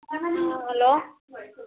hello